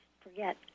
forget